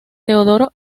teodoro